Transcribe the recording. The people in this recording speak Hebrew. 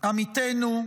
עמיתינו,